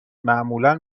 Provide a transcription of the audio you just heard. معمولا